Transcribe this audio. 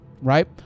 right